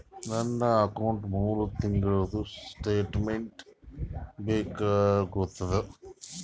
ನನ್ನ ಅಕೌಂಟ್ದು ಮೂರು ತಿಂಗಳದು ಸ್ಟೇಟ್ಮೆಂಟ್ ಬೇಕಾಗಿತ್ತು?